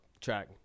Track